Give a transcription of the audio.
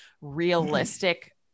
realistic